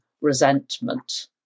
resentment